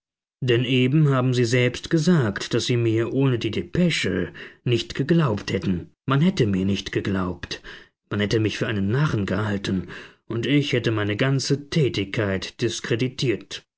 denn eben haben sie selbst gesagt daß sie mir ohne die depesche nicht geglaubt hätten man hätte mir nicht geglaubt man hätte mich für einen narren gehalten und ich hätte meine ganze tätigkeit diskreditiert